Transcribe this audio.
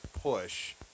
push